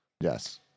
yes